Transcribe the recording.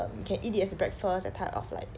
um you can eat it as a breakfast that type of like